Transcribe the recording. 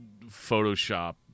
Photoshop